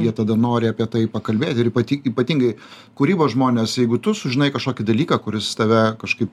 jie tada nori apie tai pakalbėti ir ypati ypatingai kūrybos žmonės jeigu tu sužinai kažkokį dalyką kuris tave kažkaip